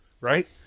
right